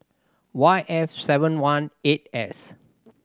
Y F seven one eight S